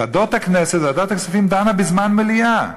ועדות הכנסת: ועדת הכספים דנה בזמן מליאה,